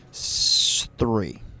Three